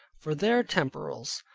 for their temporals.